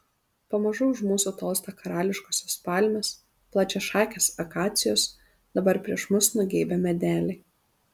pamažu už mūsų tolsta karališkosios palmės plačiašakės akacijos dabar prieš mus nugeibę medeliai